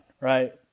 right